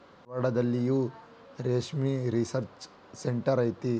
ಧಾರವಾಡದಲ್ಲಿಯೂ ರೇಶ್ಮೆ research centre ಐತಿ